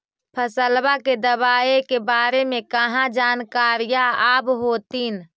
फसलबा के दबायें के बारे मे कहा जानकारीया आब होतीन?